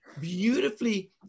beautifully